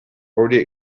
already